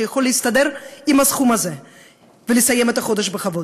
שיכול להסתדר עם הסכום הזה ולסיים את החודש בכבוד.